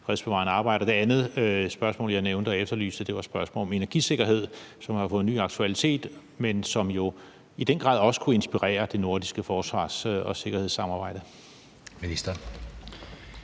Det andet, jeg nævnte og efterlyste et svar på, var et spørgsmål om energisikkerhed, som har fået ny aktualitet, men som jo i den grad også kunne inspirere det nordiske forsvars- og sikkerhedssamarbejde.